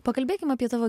pakalbėkim apie tavo